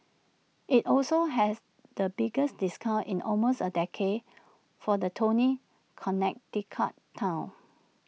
IT also has the biggest discounts in almost A decade for the Tony Connecticut Town